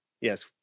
Yes